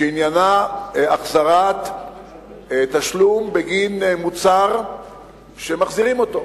שעניינה החזרת תשלום בגין מוצר שמחזירים אותו.